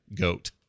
goat